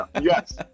Yes